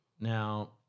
Now